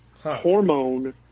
hormone